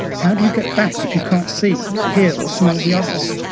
how do you get back if you can't see, hear or smell the others?